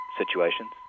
situations